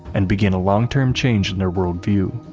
and begin a long-term change in their worldview.